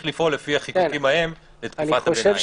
לפעול לפי החיקוקים ההם בתקופת הביניים.